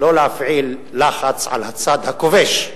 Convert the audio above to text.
שלא להפעיל לחץ על הצד הכובש,